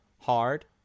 hard